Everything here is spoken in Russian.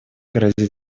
грозит